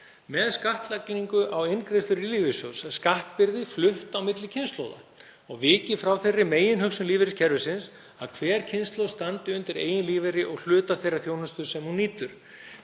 „Með skattlagningu á inngreiðslur í lífeyrissjóð er skattbyrði flutt á milli kynslóða og vikið frá þeirri meginhugsun lífeyriskerfisins að hver kynslóð standi undir eigin lífeyri og hluta þeirrar þjónustu sem hún nýtur.